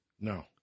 No